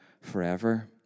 forever